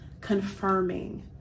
confirming